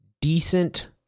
decent